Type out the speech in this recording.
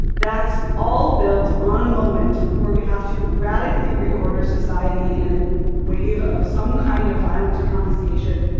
that's all built on a moment where we have to radically reorder society in a wave of some kind of violence or confiscation.